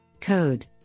Code